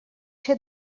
ser